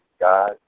God